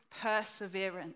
perseverance